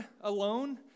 alone